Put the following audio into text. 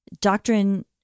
doctrine